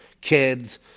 kids